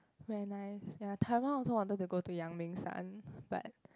when I ya Taiwan also wanted to go to 阳明山 but